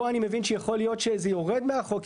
פה אני מבין שיכול להיות שזה יורד מהחוק.